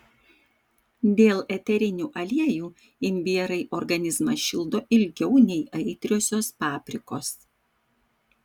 dėl eterinių aliejų imbierai organizmą šildo ilgiau nei aitriosios paprikos